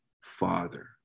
Father